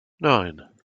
nine